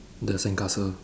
the sandcastle